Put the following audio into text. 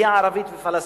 היא ערבית ופלסטינית.